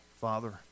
Father